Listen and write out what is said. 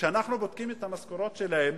כשאנחנו בודקים את המשכורות שלהם